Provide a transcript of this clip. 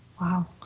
Wow